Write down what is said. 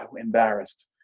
embarrassed